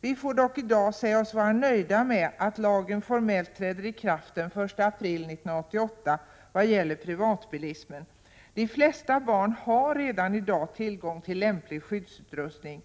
Vi får dock i dag säga oss vara nöjda med att lagen formellt träder i kraft den 1 april 1988 vad gäller privatbilismen. De flesta barn har redan i dag tillgång till lämplig skyddsutrustning.